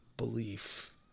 belief